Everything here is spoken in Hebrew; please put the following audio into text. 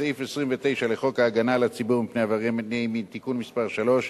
בסעיף 29 לחוק ההגנה על הציבור מפני עברייני מין (תיקון מס' 3),